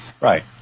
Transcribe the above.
Right